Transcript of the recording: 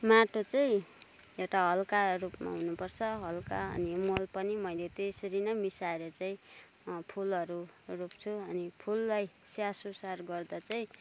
माटो चाहिँ एउटा हल्का रूपमा हुनुपर्छ हल्का अनि मल पनि मैले त्यसरी नै मिसाएर चाहिँ फुलहरू रोप्छु अनि फुललाई स्याहारसुसार गर्दा चाहिँ